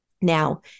Now